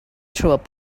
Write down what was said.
through